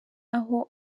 aho